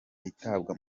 itabwa